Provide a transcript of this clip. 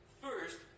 First